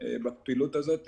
בפעילות הזאת,